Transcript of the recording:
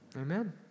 Amen